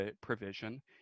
provision